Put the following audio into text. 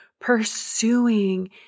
pursuing